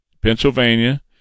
Pennsylvania